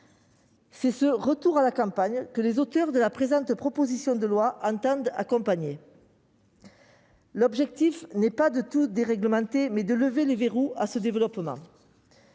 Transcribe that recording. C'est ce retour à la campagne que les auteurs de la présente proposition de loi entendent accompagner. L'objectif est non pas de tout déréglementer, mais de lever les verrous qui sont